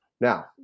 Now